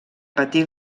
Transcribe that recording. patir